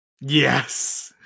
Yes